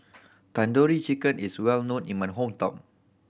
Tandoori Chicken is well known in my hometown